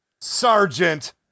Sergeant